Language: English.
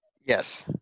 Yes